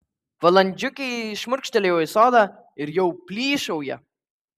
valandžiukei šmurkštelėjau į sodą ir jau plyšauja